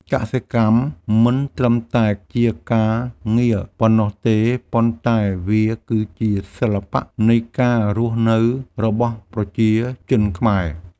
កសិកម្មមិនត្រឹមតែជាការងារប៉ុណ្ណោះទេ ប៉ុន្តែវាគឺជាសិល្បៈនៃការរស់នៅរបស់ប្រជាជនខ្មែរ។